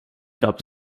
gab